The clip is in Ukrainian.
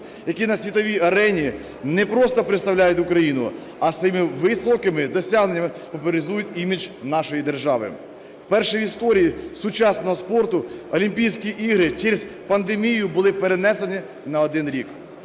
які на світовій арені не просто представляють Україну, а своїми високими досягненнями популяризують імідж нашої держави. Вперше в історії сучасного спорту Олімпійські ігри через пандемію були перенесені на один рік.